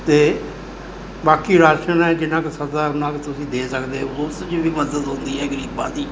ਅਤੇ ਬਾਕੀ ਰਾਸ਼ਨ ਹੈ ਜਿੰਨਾ ਕੁ ਸਰਦਾ ਉਨਾਂ ਕੁ ਤੁਸੀਂ ਦੇ ਸਕਦੇ ਉਸ 'ਚ ਵੀ ਮਦਦ ਹੁੰਦੀ ਹੈ ਗਰੀਬਾਂ ਦੀ